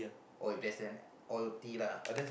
best then all T lah